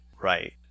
Right